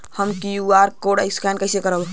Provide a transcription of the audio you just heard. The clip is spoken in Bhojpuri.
हम क्यू.आर कोड स्कैन कइसे करब?